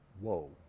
Whoa